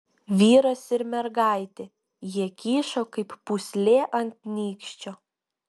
vyras ir mergaitė jie kyšo kaip pūslė ant nykščio